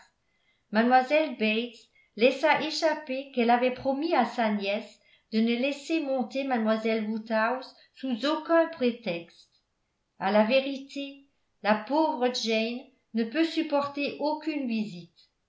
bates laissa échapper qu'elle avait promis à sa nièce de ne laisser monter mlle woodhouse sous aucun prétexte à la vérité la pauvre jane ne peut supporter aucune visite